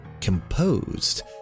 composed